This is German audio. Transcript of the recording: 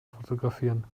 fotografieren